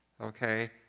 okay